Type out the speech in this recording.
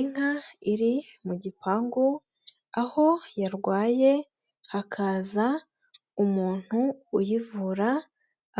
Inka iri mu gipangu, aho yarwaye hakaza umuntu uyivura,